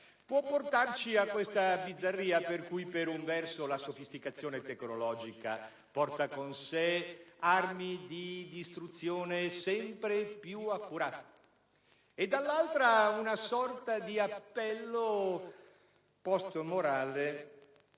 può portarci a questa bizzarria per cui, per un verso, la sofisticazione tecnologica porta con sé armi di distruzione sempre più accurate e, per l'altro, una sorta di appello *post* morale